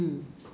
mm